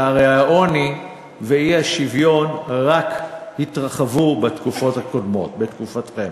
שהרי העוני והאי-שוויון רק התרחבו בתקופתכם.